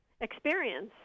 experience